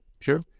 sure